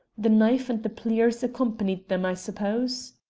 the knife and the pliers accompanied them, i suppose?